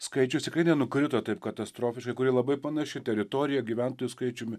skaičius tikrai nenukrito taip katastrofiškai kuri labai panaši teritorija gyventojų skaičiumi